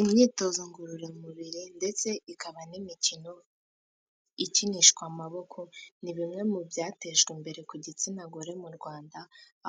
Imyitozo ngororamubiri ndetse ikaba n'imikino ikinishwa amaboko ni bimwe mu byatejwe imbere ku gitsina gore mu Rwanda.